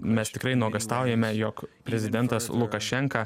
mes tikrai nuogąstaujame jog prezidentas lukašenka